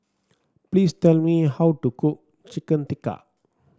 please tell me how to cook Chicken Tikka